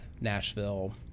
Nashville